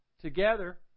Together